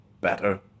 better